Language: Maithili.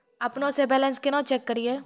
अपनों से बैलेंस केना चेक करियै?